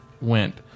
went